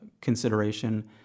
consideration